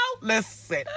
Listen